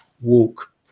walk